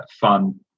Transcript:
fun